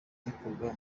bikorwa